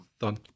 Done